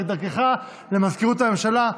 רק הייתי מעביר את הנושא הזה דרכך למזכירות הממשלה.